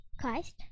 Christ